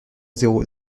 zéro